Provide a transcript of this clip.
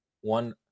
one –